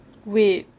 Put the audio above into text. wait